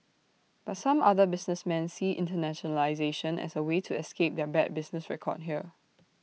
but some other businessmen see internationalisation as A way to escape their bad business record here